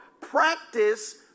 practice